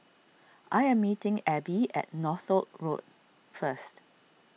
I am meeting Abie at Northolt Road first